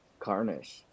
Carnish